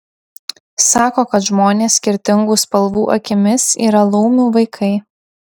sako kad žmonės skirtingų spalvų akimis yra laumių vaikai